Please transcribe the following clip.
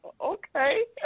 Okay